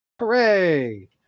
Hooray